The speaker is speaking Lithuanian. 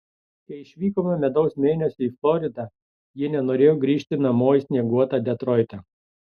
kai išvykome medaus mėnesiui į floridą ji nenorėjo grįžti namo į snieguotą detroitą